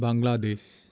Bangladesh